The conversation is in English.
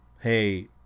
hey